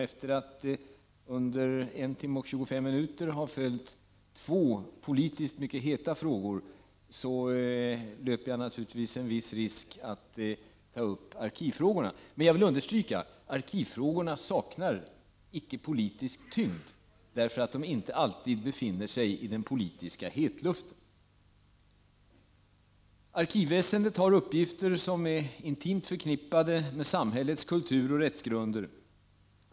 Efter att under 1 timme och 25 minuter ha följt två politiskt mycket heta frågor löper jag naturligtvis en viss risk när jag berör arkivfrågorna. Jag vill ändå understryka att arkivfrågorna icke saknar politisk tyngd bara därför att de inte alltid befinner sig i den politiska hetluften. Arkivväsendet har uppgifter som är intimt förknippade med samhällets kulturoch rättsgrunder.